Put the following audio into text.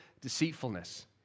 deceitfulness